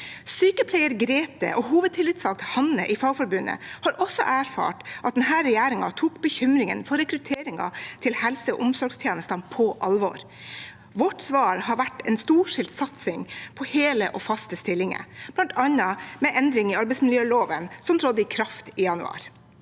Sykepleier Grete og hovedtillitsvalgt Hanne i Fagforbundet har også erfart at denne regjeringen tok bekymringen for rekruttering til helse- og omsorgstjenestene på alvor. Vårt svar har vært en storstilt satsing på hele og faste stillinger, bl.a. med en endring i arbeidsmiljøloven, som trådte i kraft i januar.